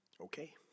okay